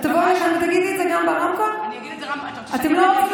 לא, ממש לא.